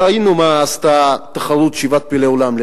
ראינו מה עשתה תחרות שבעת פלאי עולם,